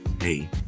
Hey